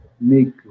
make